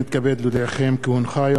כי הונחה היום על שולחן הכנסת,